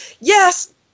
yes